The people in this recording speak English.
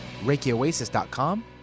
reikioasis.com